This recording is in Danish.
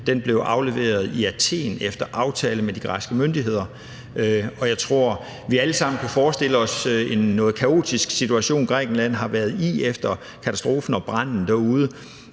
blev afleveret i Athen efter aftale med de græske myndigheder. Jeg tror, at vi alle sammen kan forestille os den noget kaotiske situation, Grækenland har været i, efter katastrofen og branden.